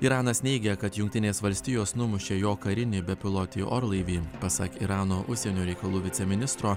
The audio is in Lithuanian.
iranas neigia kad jungtinės valstijos numušė jo karinį bepilotį orlaivį pasak irano užsienio reikalų viceministro